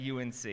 UNC